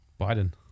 biden